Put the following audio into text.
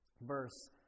verse